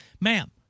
ma'am